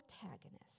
protagonist